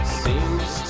seems